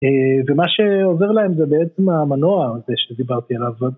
ומה שעובר להם זה בעצם המנוע הזה שדיברתי עליו.